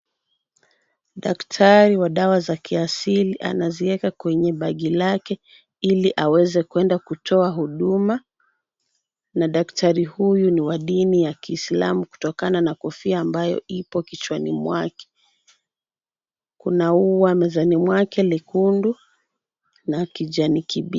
Daktari wa dawa wa kiasili anazieka kwenye bagi lake ili aweze kuenda kutoa huduma. Na daktari huyu ni wa dini ya kiislamu kutokana na kofia ambayo ipo kichwani mwake. Kuna ua mezani mwake lekundu na kijani kibichi.